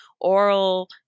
oral